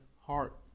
heart